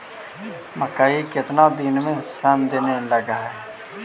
मकइ केतना दिन में शन देने लग है?